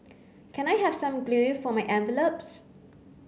can I have some glue for my envelopes